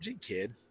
kid